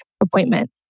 appointment